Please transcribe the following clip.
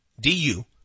DU